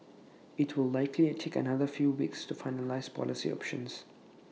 IT will likely take another few weeks to finalise policy options